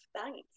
Thanks